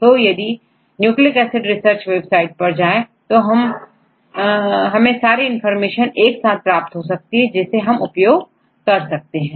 तो यदि nucleic acid research website पर जाएं तो हमें सारी इनफार्मेशन एक साथ प्राप्त हो सकती है जिसे हम उपयोग कर सकते हैं